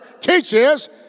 teaches